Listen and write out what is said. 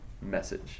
message